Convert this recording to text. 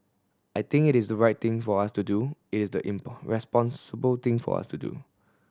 I think it is the right thing for us to do it is the responsible thing for us to do